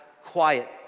quiet